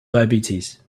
diabetes